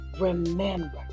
remember